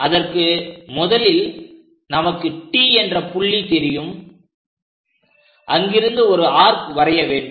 அதற்கு முதலில் நமக்கு T என்ற புள்ளி தெரியும் அங்கிருந்து ஒரு ஆர்க் வரைய வேண்டும்